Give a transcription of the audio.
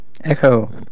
Echo